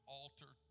altar